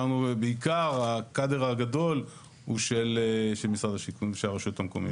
עיקר הקאדר הגדול הוא של משרד השיכון ושל הרשויות המקומיות.